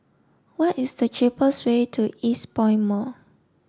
what is the cheapest way to Eastpoint Mall